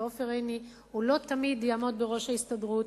ועופר עיני לא תמיד יעמוד בראש ההסתדרות,